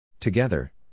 Together